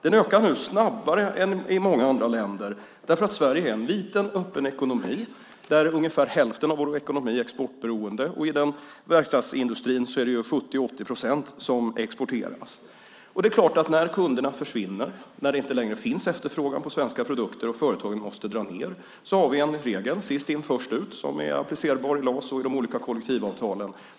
Den ökar nu snabbare än i många andra länder, för Sverige är en liten öppen ekonomi. Ungefär hälften av vår ekonomi är exportberoende. I verkstadsindustrin är det 70-80 procent som exporteras. När kunderna försvinner, när det inte längre finns efterfrågan på svenska produkter och företagen måste dra ned har vi en regel, sist in först ut, som är applicerbar i LAS och de olika kollektivavtalen.